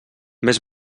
més